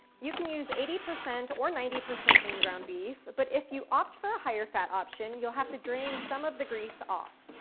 you can use eighty percent or ninety percent lean ground beef, but, if you opt for a higher fat option, you'll have to drain some of the grease off.